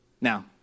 Now